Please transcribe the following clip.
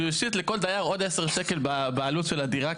ישית לכל דייר עוד עשרה שקלים לעלות של הדירה,